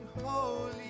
holy